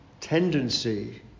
tendency